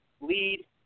lead